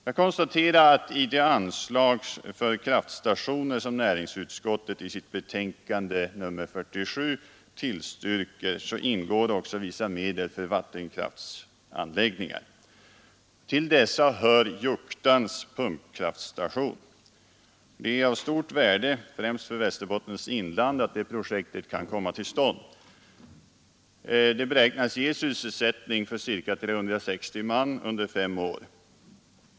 Jag konstaterar att i det anslag till kraftstationer som näringsutskottet i sitt betänkande nr 49 tillstyrker ingår också vissa medel för vattenkraftsanläggningar. Till dessa hör Juktans pumpkraftstation. Det är av stort värde främst för Västerbottens inland att det projektet kan komma till stånd. Det beräknas ge sysselsättning åt ca 360 man under fem år.